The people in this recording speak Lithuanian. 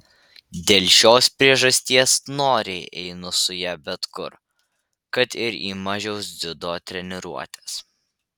dėl šios priežasties noriai einu su ja bet kur kad ir į mažiaus dziudo treniruotes